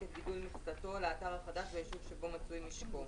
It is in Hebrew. את גידול מכסתו לאתר החדש ביישוב שבו מצוי משקו,